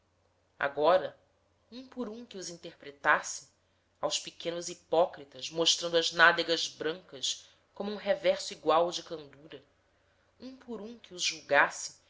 por um que os interpretasse aos pequenos hipócritas mostrando as nádegas brancas com um reverso igual de candura um por um que os julgasse